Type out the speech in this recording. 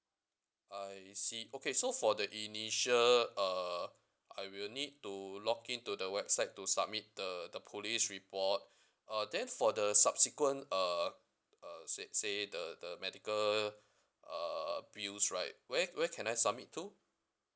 I see okay so for the initial uh I will need to log in to the website to submit the the police report uh then for the subsequent uh uh said say the the medical uh bills right where where can I submit to